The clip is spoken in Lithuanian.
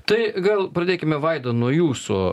tai gal pradėkime vaida nuo jūsų